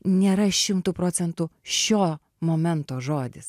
nėra šimtu procentų šio momento žodis